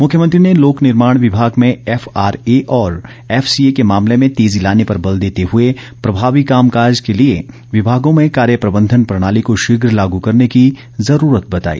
मुख्यमंत्री ने लोक निर्माण विभाग में एफआरए और एफ सी ए के मामले में तेजी लाने पर बल देते हए प्रभावी काम काज के लिए विभागों में कार्य प्रबंधन प्रणाली को शीघ्र लागू करने की जरूरत बताई